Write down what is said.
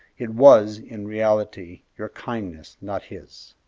it was, in reality, your kindness, not his.